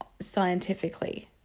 scientifically